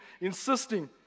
insisting